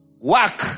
Work